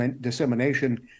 dissemination